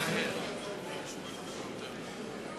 רבותי חברי הכנסת, אנחנו ממשיכים בסדר-היום.